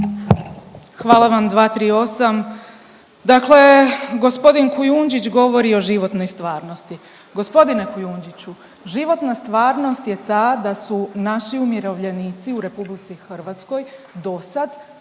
Hvala vam. 238, dakle g. Kujundžić govori o životnoj stvarnosti. G. Kujundžiću, životna stvarnost je ta da su naši umirovljenici u RH dosad